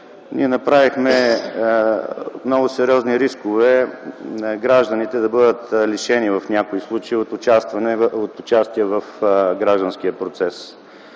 ние направихме много сериозни рискове гражданите да бъдат лишени в някои случаи от участие в гражданския процес.